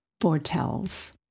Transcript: foretells